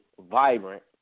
vibrant